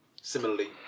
similarly